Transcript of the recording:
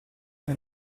nel